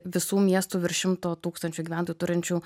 visų miestų virš šimto tūkstančių gyventojų turinčių